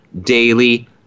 daily